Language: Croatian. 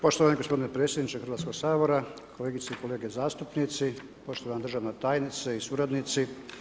Poštovani gospodine predsjedniče Hrvatskoga sabora, kolegice i kolege zastupnici, poštovana državna tajnice i suradnici.